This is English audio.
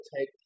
take